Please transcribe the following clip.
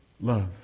love